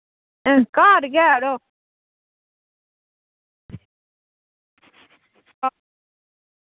हं घर गै अड़ो